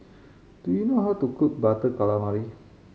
do you know how to cook Butter Calamari